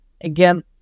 again